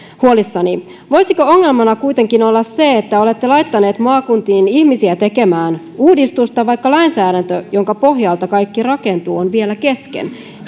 huolissani voisiko ongelmana kuitenkin olla se että olette laittaneet maakuntiin ihmisiä tekemään uudistusta vaikka lainsäädäntö jonka pohjalta kaikki rakentuu on vielä kesken